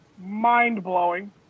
mind-blowing